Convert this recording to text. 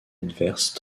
adverse